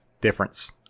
difference